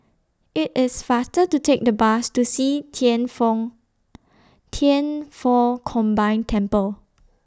IT IS faster to Take The Bus to See Thian Foh Thian Foh Combined Temple